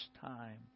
time